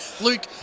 Luke